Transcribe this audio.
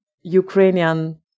Ukrainian